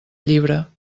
llibre